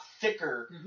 thicker